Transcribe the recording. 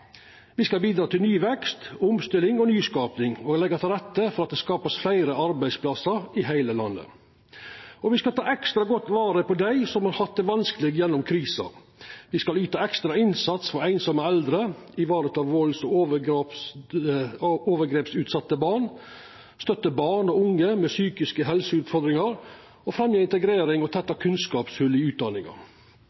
skal bidra til ny vekst, omstilling og nyskaping og leggja til rette for at det vert skapt fleire arbeidsplassar i heile landet. Og me skal ta ekstra godt vare på dei som har hatt det vanskeleg gjennom krisa. Me skal yta ekstra innsats for einsame eldre, vareta valds- og overgrepsutsette barn, støtta barn og unge med psykiske helseutfordringar, fremja integrering og